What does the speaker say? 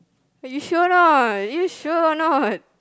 are you sure or not you sure or not